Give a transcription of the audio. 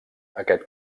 aquest